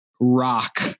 rock